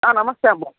నమస్తే అమ్మ